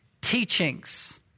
teachings